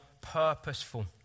purposeful